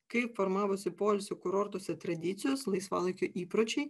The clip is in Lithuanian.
kaip formavosi poilsio kurortuose tradicijos laisvalaikio įpročiai